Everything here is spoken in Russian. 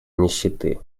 нищеты